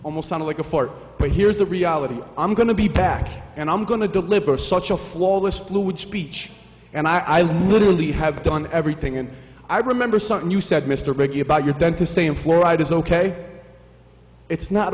almost sounded like a fart but here's the reality i'm going to be back and i'm going to deliver such a flawless fluid speech and i literally have done everything and i remember something you said mr picky about your dentist saying fluoride is ok it's not